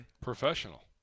Professional